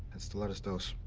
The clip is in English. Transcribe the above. it's the lightest dose.